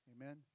amen